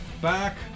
back